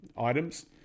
items